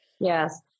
Yes